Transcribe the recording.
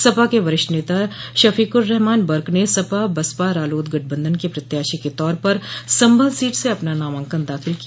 सपा के वरिष्ठ नेता शफीकुर्रहमान बर्क ने सपा बसपा रालोद गठबंधन के प्रत्याशी के तौर पर संभल सीट से अपना नामांकन दाखिल किया